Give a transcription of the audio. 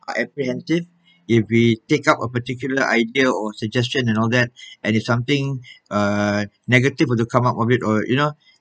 are apprehensive if we take out a particular idea or suggestion and all that and it's something uh negative were to come out of it or you know